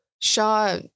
Shaw